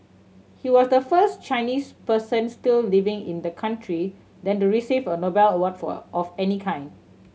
he was the first Chinese person still living in the country then to receive a Nobel award for of any kind